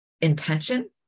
intention